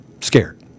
scared